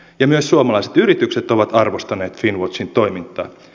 myös suomalaiset yritykset ovat arvostaneet finnwatchin toimintaa